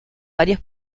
varios